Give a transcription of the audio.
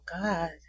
God